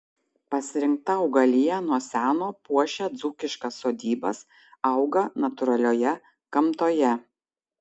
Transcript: pasirinkta augalija nuo seno puošia dzūkiškas sodybas auga natūralioje gamtoje